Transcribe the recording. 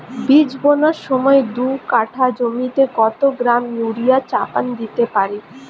বীজ বোনার সময় দু কাঠা জমিতে কত গ্রাম ইউরিয়া চাপান দিতে পারি?